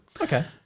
Okay